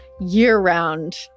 year-round